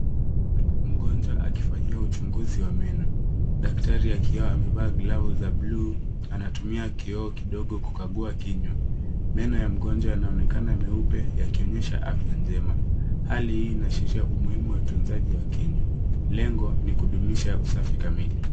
Mgonjwa akifanyiwa uchunguzi wa meno. Daktari akiwa amevaa glavu za buluu, anatumia kioo kidogo kukagua kinywa. Meno ya mgonjwa yanaonekana meupe yakionyesha afya njema. Hali hii inachochea umuhimu wa utunzaji wa kinywa .Lengo ni kudumisha usafi kamili.